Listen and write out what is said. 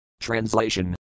Translation